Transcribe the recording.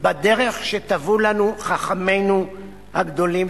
בדרך שטוו לנו חכמינו הגדולים,